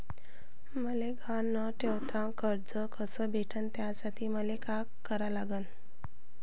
मले गहान न ठेवता कर्ज कस भेटन त्यासाठी मले का करा लागन?